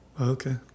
Okay